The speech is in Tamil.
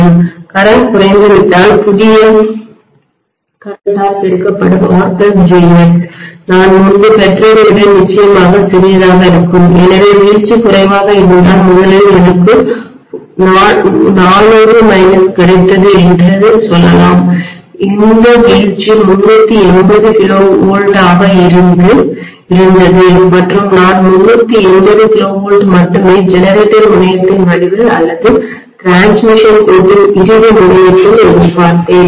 மின்னோட்டம் கரண்ட் குறைந்துவிட்டால் புதிய மின்னோட்டத்தால்கரண்டால் பெருக்கப்படும் RjX நான் முன்பு பெற்றதை விட நிச்சயமாக சிறியதாக இருக்கும் எனவே வீழ்ச்சி குறைவாக இருந்தால் முதலில் எனக்கு 400 மைனஸ் கிடைத்தது என்று சொல்லலாம் இந்த வீழ்ச்சி 380 KV ஆக இருந்தது மற்றும் நான் 380 KV மட்டுமே ஜெனரேட்டர் முனையத்தின் முடிவில் அல்லது பரிமாற்றடிரான்ஸ்மிஷன் கோட்டின் இறுதி முனையத்தில் எதிர்பார்த்தேன்